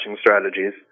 strategies